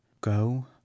go